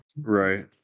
right